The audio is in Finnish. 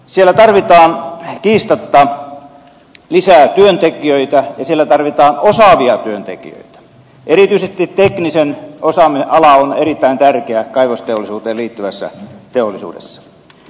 siellä tarvitaan kiistatta lisää työntekijöitä ja siellä tarvitaan osaavia työntekijöitä erityisesti teknisen osaamisen ala on erittäin tärkeä kaivosteollisuuteen liittyvässä teollisuudessa